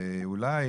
ואולי